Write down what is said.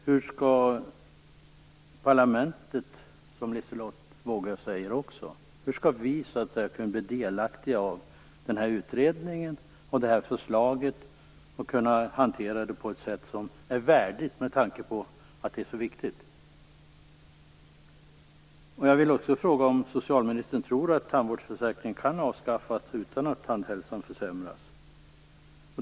Hur skall parlamentet, som också Liselotte Wågö frågade, kunna bli delaktigt av utredningen och förslaget och kunna hantera det på ett sätt som är värdigt med tanke på att det här är så viktigt? Jag vill vidare fråga om socialministern tror att tandvårdsförsäkringen kan avskaffas utan att tandhälsan försämras.